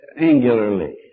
angularly